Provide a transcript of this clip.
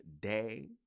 day